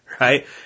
right